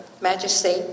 Majesty